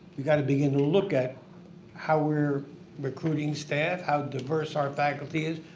we got to begin to look at how we're recruiting staff, how diverse our faculty is.